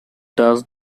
does